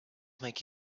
make